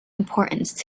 importance